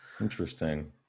interesting